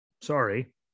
Sorry